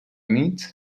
nit